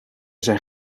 zijn